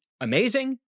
amazing